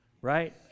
right